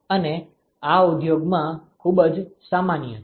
અને આ ઉદ્યોગમાં ખૂબ જ સામાન્ય છે